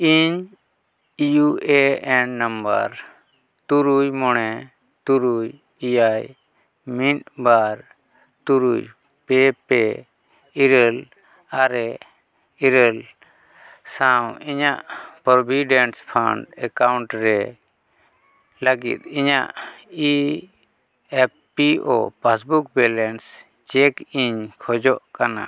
ᱤᱧ U A N number ᱛᱩᱨᱩᱭ ᱢᱚᱬᱮ ᱛᱩᱨᱩᱭ ᱮᱭᱟᱭ ᱢᱤᱫ ᱵᱟᱨ ᱛᱩᱨᱩᱭ ᱯᱮ ᱯᱮ ᱤᱨᱟᱹᱞ ᱟᱨᱮ ᱤᱨᱟᱹᱞ ᱥᱟᱶ ᱤᱧᱟᱹᱜ ᱯᱨᱳᱵᱷᱤᱰᱮᱱᱴ ᱯᱷᱟᱱᱰ ᱮᱠᱟᱣᱩᱱᱴ ᱨᱮ ᱞᱟᱹᱜᱤᱫ ᱤᱧᱟᱹᱜ E F P O passbook balance check ᱤᱧ ᱠᱷᱚᱡᱚᱜ ᱠᱟᱱᱟ